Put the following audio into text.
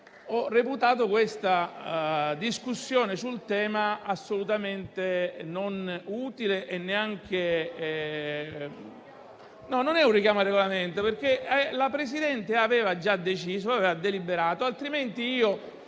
ho reputato la discussione sul tema assolutamente non utile. *(Commenti).* No, non è un richiamo al Regolamento, perché il Presidente aveva già deciso, aveva deliberato; altrimenti io